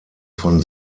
von